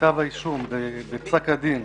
בפסק הדין: